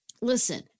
Listen